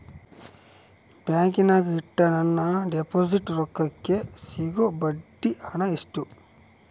ಬ್ಯಾಂಕಿನಾಗ ಇಟ್ಟ ನನ್ನ ಡಿಪಾಸಿಟ್ ರೊಕ್ಕಕ್ಕೆ ಸಿಗೋ ಬಡ್ಡಿ ಹಣ ಎಷ್ಟು?